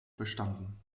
bestanden